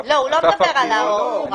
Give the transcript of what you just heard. הוא לא מדבר על ההוראה.